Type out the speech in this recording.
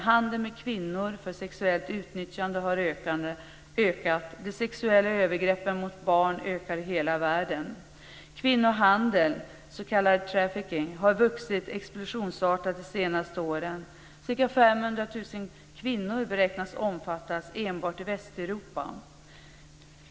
Handeln med kvinnor för sexuellt utnyttjande har ökat. De sexuella övergreppen mot barn ökar i hela världen. Kvinnohandeln, s.k. trafficking, har vuxit explosionsartat de senaste åren. Ca 500 000 kvinnor beräknas omfattas enbart i Västeuropa.